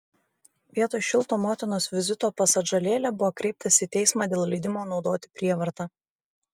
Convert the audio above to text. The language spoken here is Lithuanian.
vietoj šilto motinos vizito pas atžalėlę buvo kreiptasi į teismą dėl leidimo naudoti prievartą